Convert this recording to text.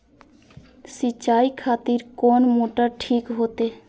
सीचाई खातिर कोन मोटर ठीक होते?